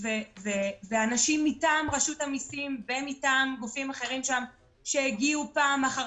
או שאתם רוצים שאני אביא לך ערימה של דפים --- לא ערימה של דפים,